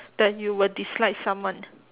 that you will dislike someone